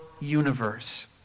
universe